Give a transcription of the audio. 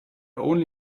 only